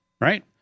Right